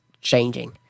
changing